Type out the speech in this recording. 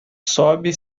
sobe